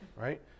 Right